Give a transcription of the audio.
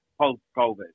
post-COVID